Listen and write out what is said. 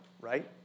right